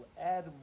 add